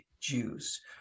jews